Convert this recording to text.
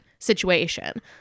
situation